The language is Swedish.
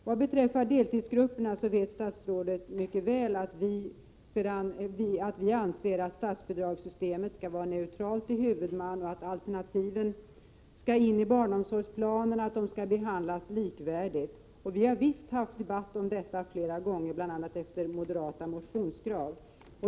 Vad beträffar deltidsgrupperna vet statsrådet mycket väl att vi anser att statsbidragssystemet skall vara neutralt till huvudman och att alternativen skall in i barnomsorgsplanen och behandlas likvärdigt. Vi har visst haft debatt om detta flera gånger, bl.a. efter moderata motionskrav.